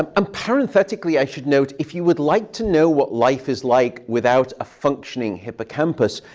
um um parenthetically, i should note if you would like to know what life is like without a functioning hippocampus,